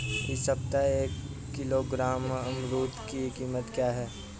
इस सप्ताह एक किलोग्राम अमरूद की कीमत क्या है?